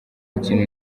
kintu